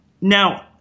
Now